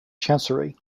chancery